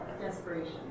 Desperation